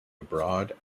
abroad